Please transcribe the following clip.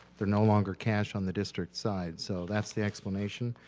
there are no longer cash on the district side. so that's the explanation.